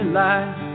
life